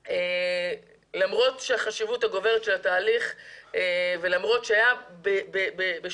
למרות החשיבות הגוברת של התהליך ולמרות שבשנת